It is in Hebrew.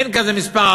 אין כזה מספר,